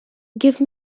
give